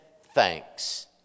thanks